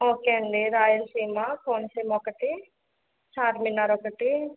okay అండి రాయలసీమ కోనసీమ ఒకటి చార్మినార్ ఒకటి